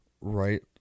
right